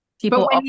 people